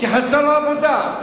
כי חסרה לו עבודה.